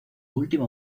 último